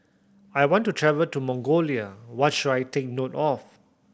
I want to travel to Mongolia what should I take note of